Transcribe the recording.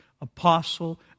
apostle